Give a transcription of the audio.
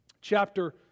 chapter